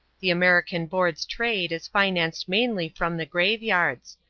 the american board's trade is financed mainly from the graveyards.